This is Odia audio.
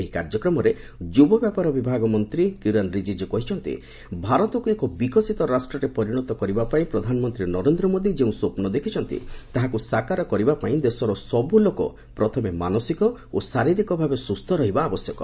ଏହି କାର୍ଯ୍ୟକ୍ରମରେ ଯୁବ ବ୍ୟାପାର ବିଭାଗ ମନ୍ତ୍ରୀ କିରେନ୍ ରିଜିଜ୍କୁ କହିଛନ୍ତି ଭାରତକୁ ଏକ ବିକଶିତ ରାଷ୍ଟ୍ରରେ ପରିଣତ କରିବା ପାଇଁ ପ୍ରଧାନମନ୍ତ୍ରୀ ନରେନ୍ଦ୍ର ମୋଦି ଯେଉଁ ସ୍ୱପ୍ନ ଦେଖିଛନ୍ତି ତାହାକୁ ସାକାର କରିବା ପାଇଁ ଦେଶର ସବୂ ଲୋକ ପ୍ରଥମେ ମାନସିକ ଓ ଶାରୀରିକ ଭାବେ ସ୍ରସ୍ତ ରହିବା ଆବଶ୍ୟକ